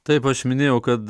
taip aš minėjau kad